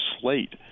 slate